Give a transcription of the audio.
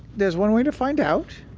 there's one way to find out.